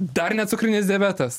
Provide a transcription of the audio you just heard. dar necukrinis diabetas